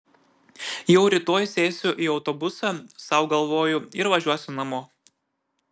jau rytoj sėsiu į autobusą sau galvoju ir važiuosiu namo